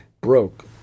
broke